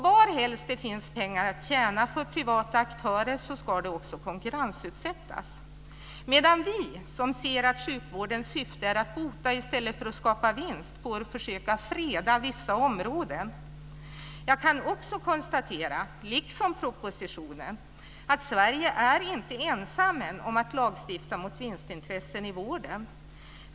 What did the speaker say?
Var helst det finns pengar att tjäna för privata aktörer ska det också konkurrensutsättas. Vi som ser att sjukvårdens syfte är att bota i stället för att skapa vinst får försöka freda vissa områden. Jag kan också konstatera, liksom propositionen, att Sverige är inte ensamt om att lagstifta mot vinstintressen i vården.